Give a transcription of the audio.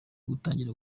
gutangira